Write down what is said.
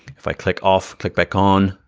if i click off, click back on,